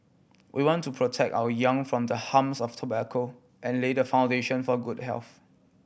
we want to protect our young from the harms of tobacco and lay the foundation for good health